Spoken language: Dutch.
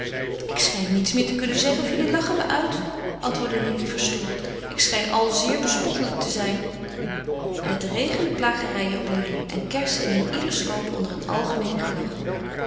ik schijn niets meer te kunnen zeggen of jullie lachen me uit antwoordde lili verstoord ik schijn al zeer bespottelijk te zijn en het regende plagerijen op lili en kersen in een ieders schoot onder een algemeen gelach